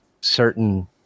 certain